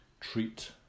treat